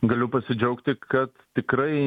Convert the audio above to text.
galiu pasidžiaugti kad tikrai